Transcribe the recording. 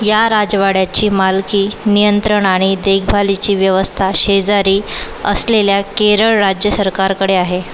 या राजवाड्याची मालकी नियंत्रण आणि देखभालीची व्यवस्था शेजारी असलेल्या केरळ राज्य सरकारकडे आहे